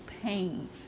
pain